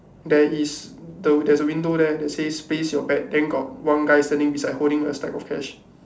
there is the there is a window there that says place your bet then got one guy standing beside holding a stack of cash